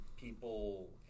people